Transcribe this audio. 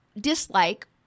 dislike